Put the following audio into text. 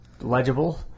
legible